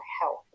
health